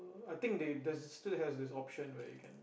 I think they has they still has this option where you can